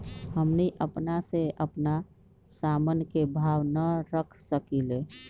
हमनी अपना से अपना सामन के भाव न रख सकींले?